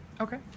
Okay